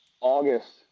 August